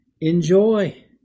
enjoy